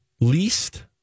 Least